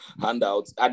handouts